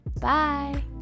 Bye